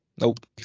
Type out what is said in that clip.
nope